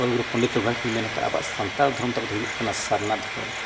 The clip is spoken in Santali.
ᱚᱞᱜᱩᱨᱩ ᱯᱚᱱᱰᱤᱛ ᱨᱚᱜᱷᱩᱱᱟᱛᱷ ᱢᱩᱨᱢᱩᱭ ᱢᱮᱱ ᱟᱠᱟᱫᱼᱟ ᱟᱵᱚᱣᱟᱜ ᱥᱟᱱᱛᱟᱲ ᱫᱷᱚᱨᱚᱢ ᱛᱟᱵᱚᱱ ᱫᱚ ᱦᱩᱭᱩᱜ ᱠᱟᱱᱟ ᱥᱟᱨᱱᱟ ᱫᱷᱚᱨᱚᱢ